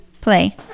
play